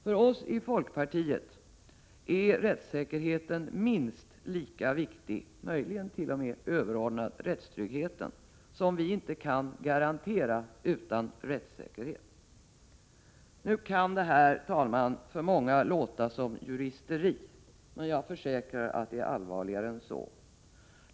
För oss i folkpartiet är rättssäkerheten minst lika viktig som — möjligen t.o.m. överordnad — rättstryggheten, som vi inte kan garantera utan rättssäkerhet. Herr talman! Detta kan för många låta som juristeri. Men jag försäkrar att det är allvarligare än så.